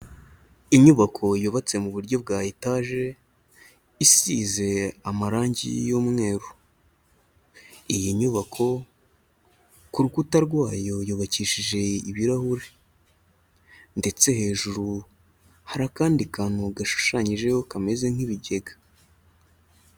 Inyubako yubatse mu buryo bwa etaje isize amarangi y'umweru. Iyi nyubako ku rukuta rwayo yubakishije ibirahure. Ndetse hejuru harakandi kantu gashushanyijeho kameze nk'ibijyega.